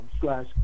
slash